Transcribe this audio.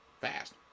fast